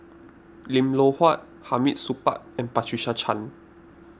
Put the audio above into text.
Lim Loh Huat Hamid Supaat and Patricia Chan